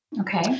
Okay